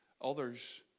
others